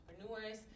entrepreneurs